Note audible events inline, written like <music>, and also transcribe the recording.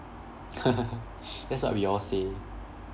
<laughs> that's what we all say